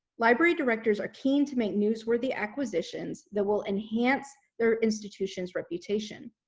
library directors are keen to make newsworthy acquisitions that will enhance their institution's reputation.